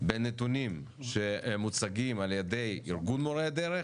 בין נתונים שמוצגים על ידי ארגון מורי הדרך